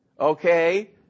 okay